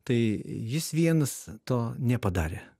tai jis vienas to nepadarė